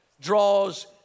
draws